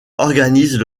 organisent